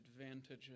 advantages